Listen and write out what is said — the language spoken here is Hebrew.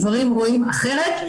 גברים רואים אחרת,